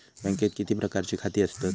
बँकेत किती प्रकारची खाती असतत?